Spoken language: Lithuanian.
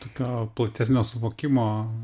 tokio platesnio suvokimo